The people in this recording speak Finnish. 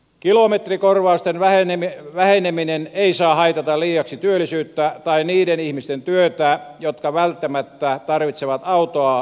kilometrikorvausten väheneminen ei saa haitata liiaksi työllisyyttä tai niiden ihmisten työtä jotka välttämättä tarvitsevat autoa omassa työssään